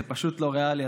זה פשוט לא ריאלי,